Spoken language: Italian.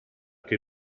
che